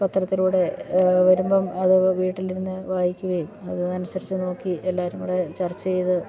പത്രത്തിലൂടെ വരുമ്പം അത് വീട്ടിൽ ഇരുന്ന് വായിക്കുക്കുകയും അത് അനുസരിച്ചു നോക്കി എല്ലാവരും കൂടെ ചർച്ച ചെയ്തു